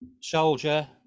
soldier